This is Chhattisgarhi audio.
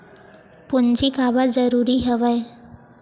पूंजी काबर जरूरी हवय?